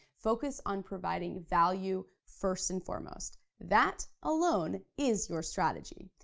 focus on providing value first and foremost. that alone is your strategy.